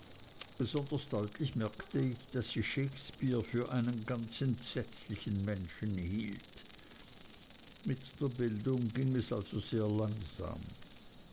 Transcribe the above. besonders deutlich merkte ich daß sie shakespeare für einen ganz entsetzlichen menschen hielt mit der bildung ging es also sehr langsam